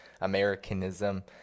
Americanism